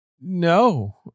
No